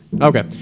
Okay